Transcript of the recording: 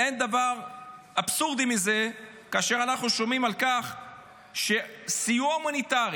אין דבר אבסורדי מזה כאשר אנחנו שומעים על כך שסיוע הומניטרי,